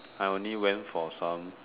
I only went for some